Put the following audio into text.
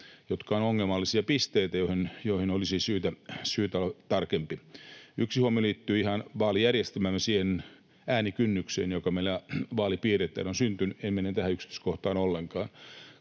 jotka ovat ongelmallisia pisteitä, joissa olisi syytä olla tarkempi. Yksi huomio liittyy ihan vaalijärjestelmäämme, siihen äänikynnykseen, joka meillä vaalipiireittäin on syntynyt — en mene tähän yksityiskohtaan ollenkaan.